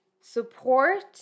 support